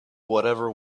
whatever